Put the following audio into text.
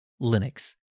Linux